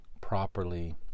properly